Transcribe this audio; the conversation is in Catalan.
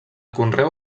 conreu